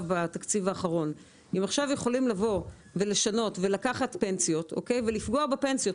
בתקציב האחרון ולקחת פנסיות ולפגוע בפנסיות.